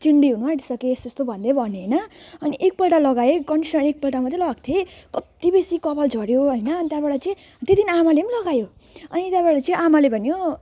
चिन्डे हुनु आँटिसके यस्तो यस्तो भन्दै भने होइन अनि एकपल्ट लगाएँ कन्डिसनर एकपल्ट मात्रै लगाएको थिएँ कत्ति बेसी कपाल झऱ्यो होइन अनि त्यहाँबाट चाहिँ त्यो दिन आमाले पनि लगायो अनि त्यहाँबाट चाहिँ आमाले भन्यो